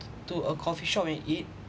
to a coffee shop and eat